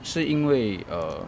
是因为 err